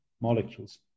molecules